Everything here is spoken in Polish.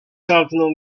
szarpnął